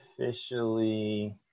officially